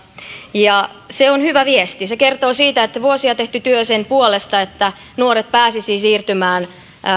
ja se on hyvä viesti se kertoo siitä että vuosia tehty työ sen puolesta että nuoret pääsisivät siirtymään